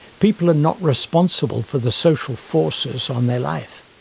people are not responsible for the social forces on their life.